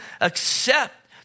accept